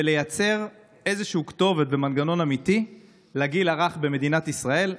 ולייצר איזשהם כתובת ומנגנון אמיתי לגיל הרך במדינת ישראל.